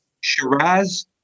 Shiraz